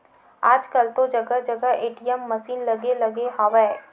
आजकल तो जगा जगा ए.टी.एम मसीन लगे लगे हवय